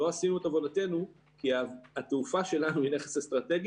אז לא עשינו את עבודתנו כי התעופה שלנו היא נכס אסטרטגי,